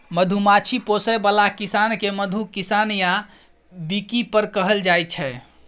मधुमाछी पोसय बला किसान केँ मधु किसान या बीकीपर कहल जाइ छै